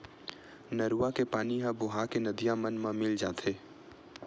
नरूवा के पानी ह बोहा के नदिया मन म मिल जाथे